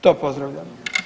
To pozdravljamo.